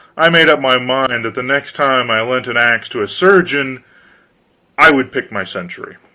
i made up my mind that the next time i lent an axe to a surgeon i would pick my century.